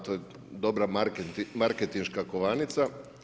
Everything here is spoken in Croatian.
To je dobra marketinška kovanica.